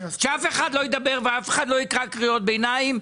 שאף אחד לא ידבר ואף אחד לא יקרא קריאות ביניים,